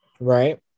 Right